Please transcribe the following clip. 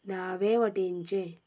दावे वटेनचें